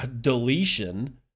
deletion